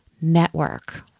Network